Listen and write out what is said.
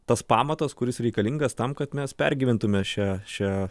tas pamatas kuris reikalingas tam kad mes pergyventume šią šią